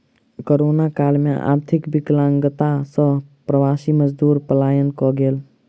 corona काल में आर्थिक विकलांगता सॅ प्रवासी मजदूर पलायन कय गेल